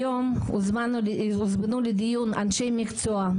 היום הוזמנו לדיון אנשי מקצוע,